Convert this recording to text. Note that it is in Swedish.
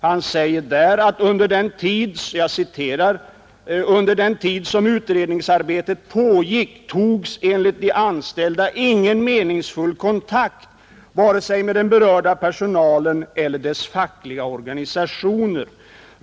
Han säger där: ”Under den tid som utredningsarbetet pågick togs enligt de anställda ingen meningsfull kontakt vare sig med den berörda personalen eller dess fackliga organisationer.